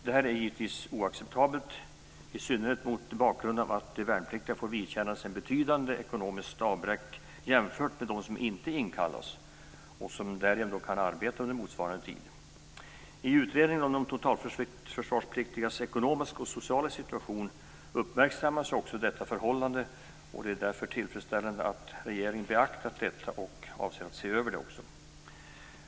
Detta är givetvis oacceptabelt - i synnerhet mot bakgrund av att de värnpliktiga får vidkännas ett betydande ekonomiskt avbräck jämfört med vad som gäller för dem som inte blir inkallade och därigenom kan arbeta under motsvarande tid. I utredningen om de totalförsvarspliktigas ekonomiska och sociala situation har detta förhållande uppmärksammats. Det är tillfredsställande att regeringen beaktat detta och avser att se över reglerna.